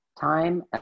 time